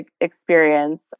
experience